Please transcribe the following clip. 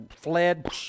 fled